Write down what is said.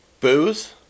Booze